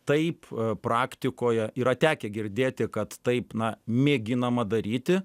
taip praktikoje yra tekę girdėti kad taip na mėginama daryti